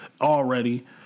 already